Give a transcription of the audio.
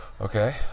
Okay